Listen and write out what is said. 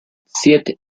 siete